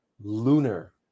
Lunar